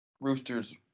rooster's